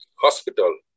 hospital